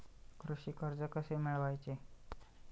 कृषी कर्ज कसे मिळवायचे?